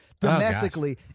domestically